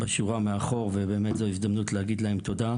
זו הזדמנות להגיד להם תודה.